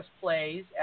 plays